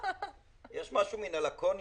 יש משהו מן הלקוניות.